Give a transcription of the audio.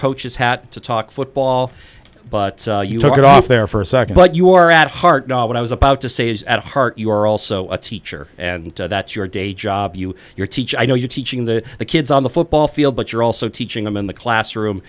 coach's hat to talk football but you took it off there for a second but you are at heart what i was about to say is at heart you are also a teacher and that your day job you your teacher i know you're teaching the kids on the football field but you're also teaching them in the classroom